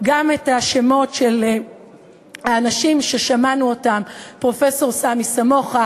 גם את השמות של האנשים ששמענו אותם פרופסור סמי סמוחה,